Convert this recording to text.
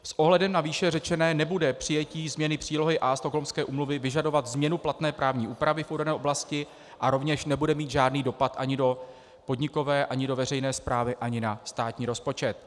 S ohledem na výše řečené nebude přijetí změny přílohy A Stockholmské úmluvy vyžadovat změnu platné právní úpravy pro dané oblasti a rovněž nebude mít žádný dopad ani do podnikové ani do veřejné správy ani na státní rozpočet.